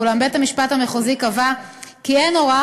ואולם בית-המשפט המחוזי קבע כי אין הוראה